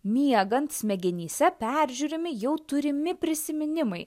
miegant smegenyse peržiūrimi jau turimi prisiminimai